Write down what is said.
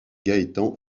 gaëtan